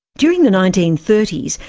during the nineteen thirty s,